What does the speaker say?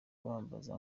bambaza